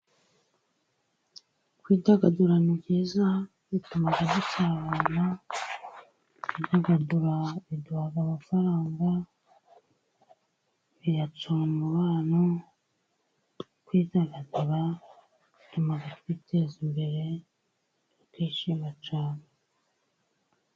Kwidagadura ni byiza, bituma dusabana, biduha amafaranga, bigatsura umubano. Kwidagadura bituma twiteza imbere tukishima cyane.